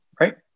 Right